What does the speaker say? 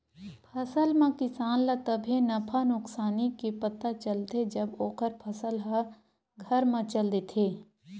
फसल म किसान ल तभे नफा नुकसानी के पता चलथे जब ओखर फसल ह घर म चल देथे